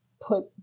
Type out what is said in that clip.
put